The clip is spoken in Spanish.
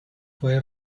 fue